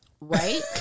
Right